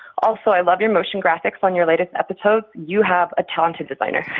also, i love your motion graphics on your latest episodes. you have a talented designer.